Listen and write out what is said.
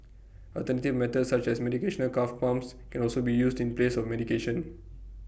alternative methods such as meditational calf pumps can also be used in place of medication